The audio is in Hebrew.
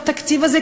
בתקציב הזה,